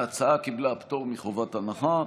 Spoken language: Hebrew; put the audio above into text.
ההצעה קיבלה פטור מחובת הנחה.